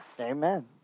Amen